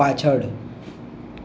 પાછળ